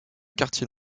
quartier